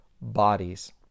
bodies